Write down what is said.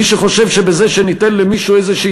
מי שחושב שבזה שניתן למישהו איזושהי